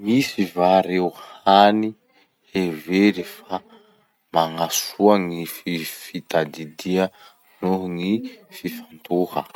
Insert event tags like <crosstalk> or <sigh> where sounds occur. Misy va reo hany hevery <noise> fa magnasoa gny fi- fitadia noho <noise> ny fifantoha?